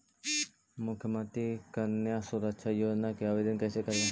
मुख्यमंत्री कन्या सुरक्षा योजना के आवेदन कैसे करबइ?